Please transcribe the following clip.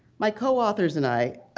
my co-authors and i